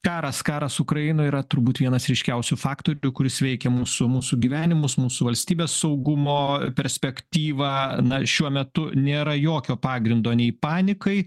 karas karas ukrainoj yra turbūt vienas ryškiausių faktorių kuris veikia mūsų mūsų gyvenimus mūsų valstybės saugumo perspektyvą na šiuo metu nėra jokio pagrindo nei panikai